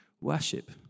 worship